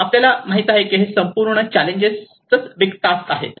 आपल्याला माहित आहे की ही संपूर्ण चॅलेंजेस बिग टास्क आहेत